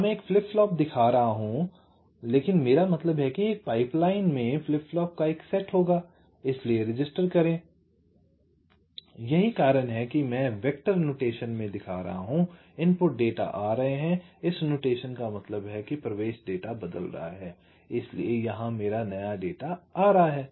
यहां मैं एक फ्लिप फ्लॉप दिखा रहा हूं लेकिन मेरा मतलब है कि एक पाइप लाइन में फ्लिप फ्लॉप का एक सेट होगा इसलिए रजिस्टर करें यही कारण है कि मैं वेक्टर नोटेशन में दिखा रहा हूं इनपुट डेटा आ रहे हैं इस नोटेशन का मतलब है प्रवेश डेटा बदल रहा है इसलिए यहां मेरा नया डेटा आ रहा है